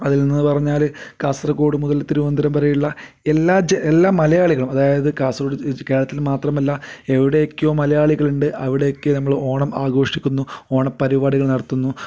അതിൽ നിന്നു പറഞ്ഞാൽ കാസർഗോഡ് മുതൽ തിരുവനന്തപുരം വരെയുള്ള എല്ലാ മലയാളികളും അതായത് കാസർഗോഡ് കേരളത്തിൽ മാത്രമല്ല എവിടെയൊക്കെ മലയാളികളുണ്ട് അവിടെയൊക്കെ നമ്മൾ ഓണം ആഘോഷിക്കുന്നു ഓണപ്പരിപാടികൾ നടത്തുന്നു